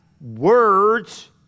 Words